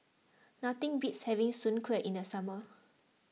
nothing beats having Soon Kueh in the summer